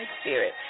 spirit